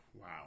Wow